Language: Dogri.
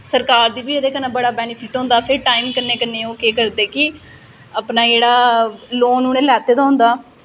सरकार गी बी एह्दे कन्नै बड़ा बेनिफिट होंदा फिर टाइम कन्नै कन्नै ओह् केह् करदे कि अपना जेह्ड़ा लोन उ'नें लैते दा होंदा